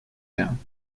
down